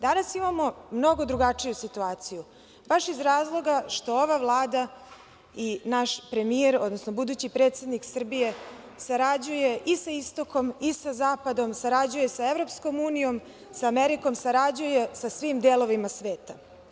Danas imamo mnogo drugačiju situaciju baš iz razloga što ova Vlada i naš premijer, odnosno budući predsednik Srbije sarađuje i sa istokom i sa zapadom, sarađuje sa EU, sa Amerikom, sarađuje sa svim delovima sveta.